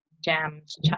jams